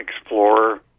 Explorer